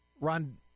Ron